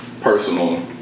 personal